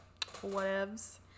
whatevs